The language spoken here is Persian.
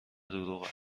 دروغه